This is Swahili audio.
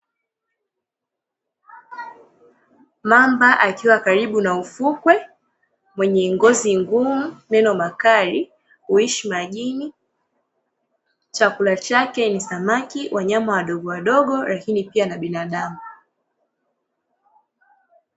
Mamba akiwa karibu na ufukwe mwenye ngozi ngumu, meno makali huishi majini chakula chake ni samaki wanyama wadogo wadogo lakini pia na binadamu.